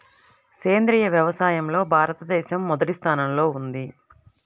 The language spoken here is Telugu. సేంద్రీయ వ్యవసాయంలో భారతదేశం మొదటి స్థానంలో ఉంది